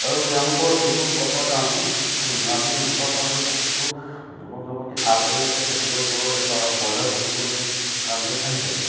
আৰু তেওঁলোকৰ এইবোৰ কথাৰ কাৰণে আমি ওচৰৰ পাঁজৰে বহুতো যুৱক যুৱতী আগবাঢ়ি আহিছে খেতি কৰিবলৈ বা ব্ৰইলাৰ পুহিবলৈ আগবাঢ়ি আহিছে